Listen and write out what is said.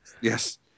Yes